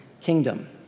kingdom